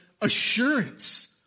assurance